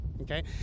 okay